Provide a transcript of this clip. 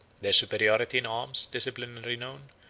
their superiority in arms, discipline, and renown,